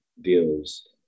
deals